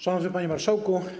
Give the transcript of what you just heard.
Szanowny Panie Marszałku!